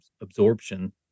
absorption